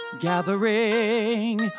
Gathering